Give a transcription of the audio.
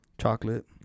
Chocolate